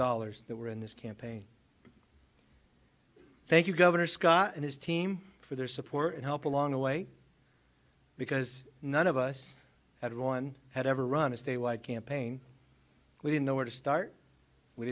dollars that were in this campaign thank you governor scott and his team for their support and help along the way because none of us had one had ever run as a white campaign we didn't know where to start we